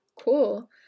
cool